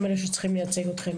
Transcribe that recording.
הם אלה שצריכים לייצג אתכם.